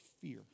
fear